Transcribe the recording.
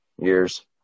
years